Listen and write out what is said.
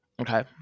Okay